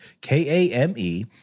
K-A-M-E